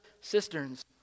cisterns